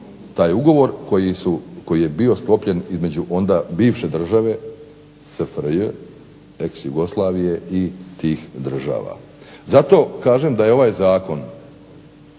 taj ugovor koji je bio sklopljen između onda bivše države SFRJ ex Jugoslavije i tih država? Zato kažem da je ovaj zakon